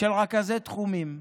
של רכזי תחומים.